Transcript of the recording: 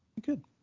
Good